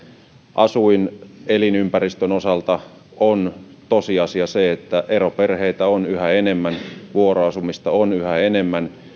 asuin ja elinympäristön osalta on tosiasia se että eroperheitä on yhä enemmän vuoroasumista on yhä enemmän